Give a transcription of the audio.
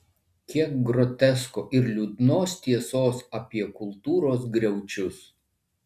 kiek grotesko ir liūdnos tiesos apie kultūros griaučius